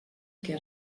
què